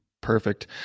Perfect